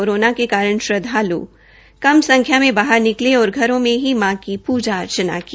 corona के कारण श्रदधालु कम गिनती में बाहर निकले और घरों में ही मां की पूजा अर्चना की